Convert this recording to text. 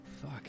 Fuck